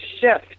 shift